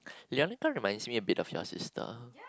yeah remind me of a bit of your sister